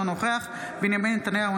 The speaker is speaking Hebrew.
אינו נוכח בנימין נתניהו,